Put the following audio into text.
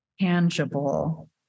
tangible